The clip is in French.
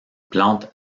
plante